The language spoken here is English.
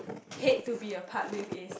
hate to be apart with is